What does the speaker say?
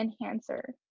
enhancer